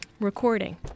recording